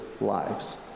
lives